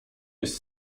jest